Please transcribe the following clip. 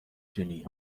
دونی